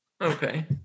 Okay